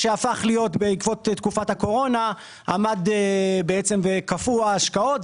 לאחר שבעקבות תקופת הקורונה קפאו ההשקעות.